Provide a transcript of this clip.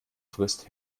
frisst